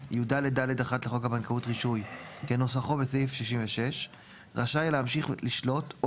יד(ד)(1) לחוק הבנקאות (רישוי) כנוסחו בסעיף 66 רשאי להמשיך לשלוט או